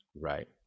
right